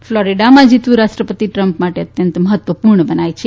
ફ્લોરિડામાં જીતવું રાષ્ટ્રપતિ ટ્રમ્પ માટે અત્યંત મહત્વપૂર્ણ મનાય છે